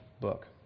book